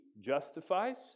justifies